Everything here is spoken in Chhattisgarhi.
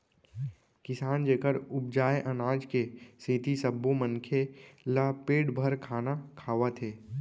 किसान जेखर उपजाए अनाज के सेती सब्बो मनखे ल पेट भर खाना खावत हे